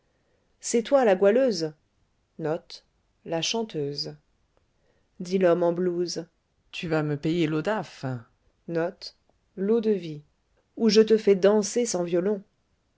c'est toi la goualeuse dit l'homme en blouse tu vas me payer l'eau d'aff ou je te fais danser sans violons